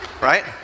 right